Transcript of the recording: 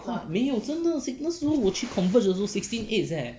很快没有真的那时候我去 converge 的时候 sixteen eights eh